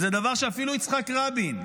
זה דבר שאפילו יצחק רבין,